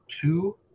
two